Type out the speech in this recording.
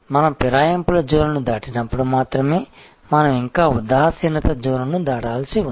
మనం ఫిరాయింపుల జోన్ను దాటినప్పుడు మాత్రమే మనం ఇంకా ఉదాసీనత జోన్ను దాటాల్సి ఉంది